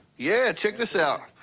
yeah. check this out.